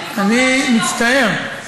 אני מצטער.